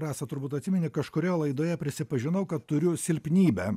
rasa turbūt atsimeni kažkurio laidoje prisipažinau kad turiu silpnybę